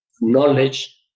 knowledge